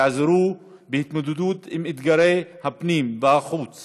יעזרו בהתמודדות עם אתגרי הפנים והחוץ